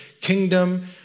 kingdom